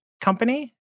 company